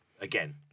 again